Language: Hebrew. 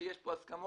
שיש כאן הסכמות.